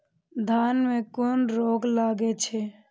धान में कुन रोग लागे छै?